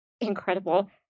incredible